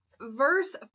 verse